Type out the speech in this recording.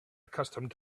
accustomed